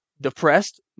depressed